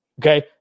Okay